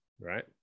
right